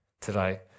today